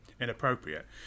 inappropriate